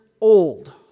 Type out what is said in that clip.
old